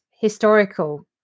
historical